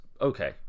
...okay